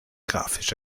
grafisch